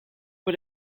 but